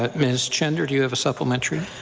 but ms. cheppedder, do you have a supplementary?